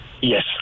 Yes